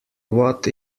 what